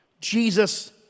Jesus